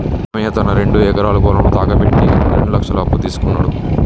రామయ్య తన రెండు ఎకరాల పొలం తాకట్టు పెట్టి రెండు లక్షల అప్పు తీసుకున్నడు